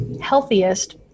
healthiest